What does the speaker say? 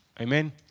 Amen